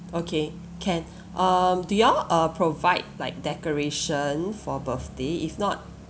okay can um do you all uh provide like decoration for birthday if not